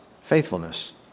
faithfulness